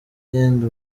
yenda